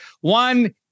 One